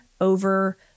over